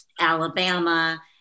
Alabama